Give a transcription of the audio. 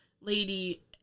lady